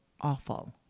awful